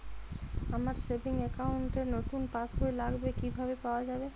আমার savings account র নতুন পাসবই লাগবে কিভাবে পাওয়া যাবে?